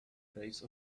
base